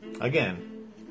again